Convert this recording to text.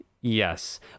Yes